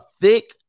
thick